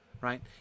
right